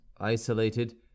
isolated